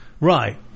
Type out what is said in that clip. Right